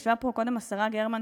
ישבה פה קודם השרה גרמן,